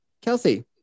Kelsey